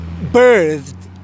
birthed